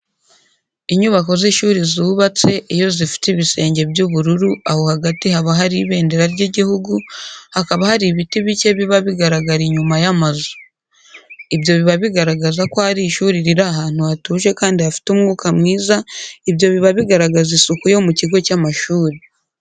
Inyubako z'ishuri zubatswe iyo zifite ibisenge by'ubururu aho hagati haba hari ibendera ry'igihugu, haba hari ibiti bike biba bigaragara inyuma y'amazu. Ibyo biba bigaragaza ko ari ishuri riri ahantu hatuje Kandi hafite umwuka mwiza, ibyo biba bigaragaza isuku yo mu kigo cy'amashuri.